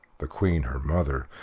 the queen, her mother,